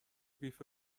قیف